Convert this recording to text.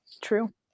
True